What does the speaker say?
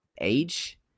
age